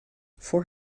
four